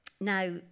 Now